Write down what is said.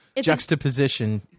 juxtaposition